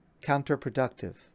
counterproductive